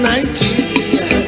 Nigeria